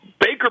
Baker